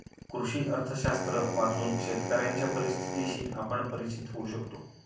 कृषी अर्थशास्त्र वाचून शेतकऱ्यांच्या परिस्थितीशी आपण परिचित होऊ शकतो